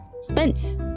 Spence